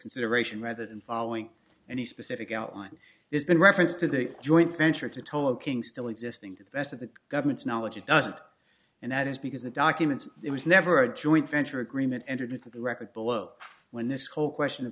consideration rather than following any specific outline has been referenced to the joint venture to toking still existing to the best of the government's knowledge it doesn't and that is because the documents it was never a joint venture agreement entered into the record below when this whole question of